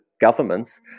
governments